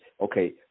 okay